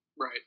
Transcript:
Right